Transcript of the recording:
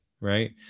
Right